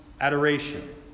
adoration